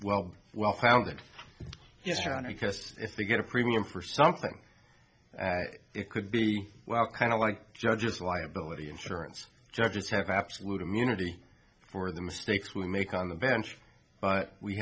well well founded yes or no because if they get a premium for something it could be well kind of like judges liability insurance judges have absolute immunity for the mistakes we make on the bench but we